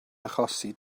achosi